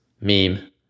meme